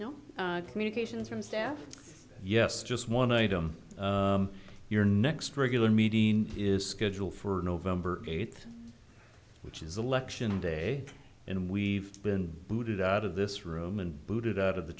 staff yes just one item your next regular meeting is scheduled for november eighth which is election day and we've been booted out of this room and booted out of the